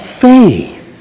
faith